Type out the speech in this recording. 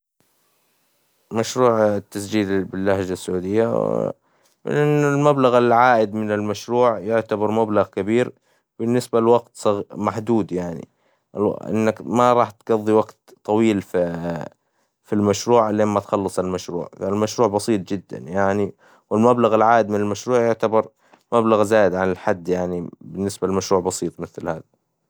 المشروع التسجيل باللهجة السعودية، المبلغ العائد من المشروع يعتبر مبلغ كبير بالنسبة لوقت محدود، لأنك ما راح تقظي وقت طويل في المشروع إلين ما تخلص المشروع، المشروع بسيط جدا والمبلغ العائد من المشروع يعتبر مبلغ زائد عن الحد بالنسبة لمشروع بسيط مثل هذا.